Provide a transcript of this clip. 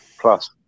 Plus